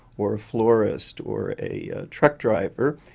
or a florist, or a truck driver?